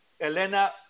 Elena